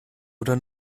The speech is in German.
oder